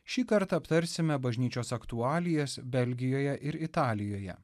šįkart aptarsime bažnyčios aktualijas belgijoje ir italijoje